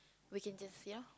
we can just ya